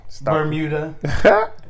Bermuda